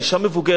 היא אשה מבוגרת.